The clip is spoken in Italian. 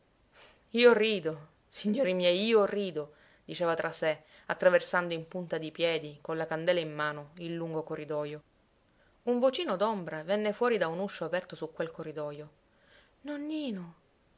io rido signori miei io rido diceva tra sé attraversando in punta di piedi con la candela in mano il lungo corridojo un vocino d'ombra venne fuori da un uscio aperto su quel corridojo nonnino